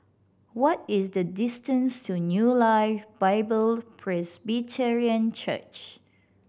what is the distance to New Life Bible Presbyterian Church